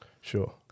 Sure